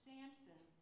Samson